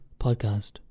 podcast